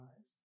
eyes